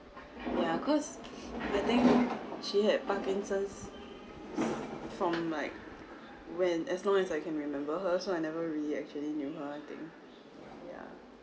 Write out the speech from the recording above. yeah cause I think she had parkinson's from like when as long as I can remember her so I never really actually knew her I think yeah